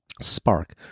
spark